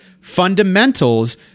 fundamentals